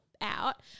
out